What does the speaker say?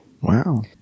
Wow